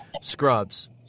scrubs